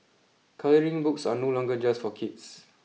colouring books are no longer just for kids